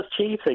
cheating